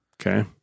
Okay